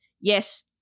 yes